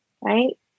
right